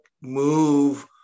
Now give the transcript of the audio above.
move